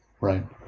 right